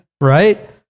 right